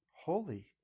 holy